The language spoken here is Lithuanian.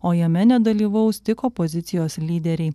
o jame nedalyvaus tik opozicijos lyderiai